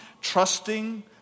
Trusting